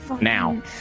now